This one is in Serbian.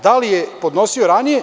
Da li je podnosio ranije?